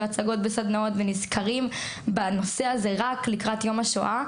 הצגות וסדנאות ונזכרים בנושא הזה רק לקראת יום השואה,